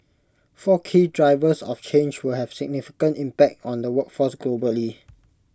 four key drivers of change will have significant impact on the workforce globally